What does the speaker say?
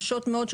קשות מאוד,